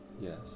yes